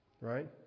Right